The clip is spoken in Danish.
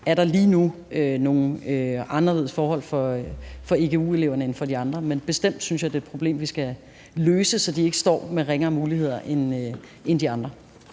er der lige nu nogle anderledes forhold for egu-eleverne end for de andre. Men jeg synes bestemt, det er et problem, vi skal løse, så de ikke står med ringere muligheder end de andre.